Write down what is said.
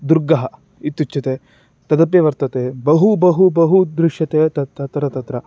दुर्गम् इत्युच्यते तदपि वर्तते बहु बहु बहु दृश्यते तत् तत्र तत्र